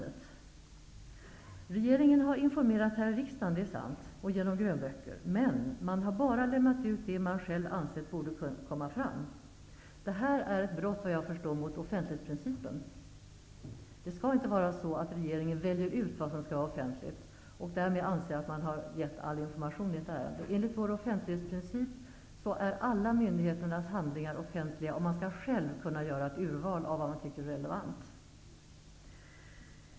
Det är sant att regeringen har informerat här i riksdagen och genom grönböcker. Men man har bara lämnat ut uppgifter som man själv har ansett borde komma fram. Såvitt jag förstår är det här ett brott mot offentlighetsprincipen. Det får inte vara så att regeringen väljer ut vad som skall vara offentligt och därmed anser att den har gett all information i ett ärende. Enligt vår offentlighetsprincip är myndigheternas alla handlingar offentliga. Man skall själv kunna göra ett urval av vad man tycker är relevant.